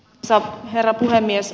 arvoisa herra puhemies